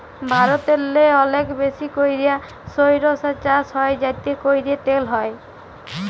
ভারতেল্লে অলেক বেশি ক্যইরে সইরসা চাষ হ্যয় যাতে ক্যইরে তেল হ্যয়